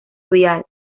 vial